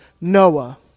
Noah